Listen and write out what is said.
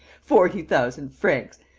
forty thousand francs!